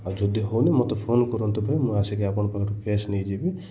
ଆଉ ଯଦି ହେଉନି ମୋତେ ଫୋନ୍ କରନ୍ତୁ ଭାଇ ମୁଁ ଆସିକି ଆପଣଙ୍କ ପାଖରୁ କ୍ୟାସ୍ ନେଇଯିବି